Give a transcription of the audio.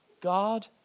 God